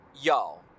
Y'all